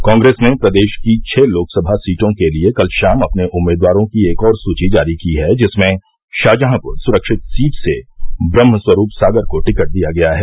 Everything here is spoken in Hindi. कांग्रेस ने प्रदेश की छह लोकसभा सीटों के लिए कल शाम अपने उम्मीदवारों की एक और सूची जारी की है जिसमें शाहजहांपुर सुरक्षित सीट से ब्रह्म स्वरूप सागर को टिकट दिया गया है